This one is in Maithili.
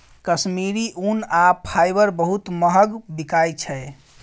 कश्मीरी ऊन आ फाईबर बहुत महग बिकाई छै